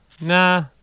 Nah